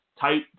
tight